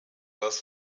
das